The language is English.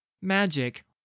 Magic